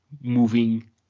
moving